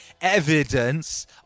evidence